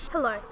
Hello